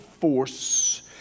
force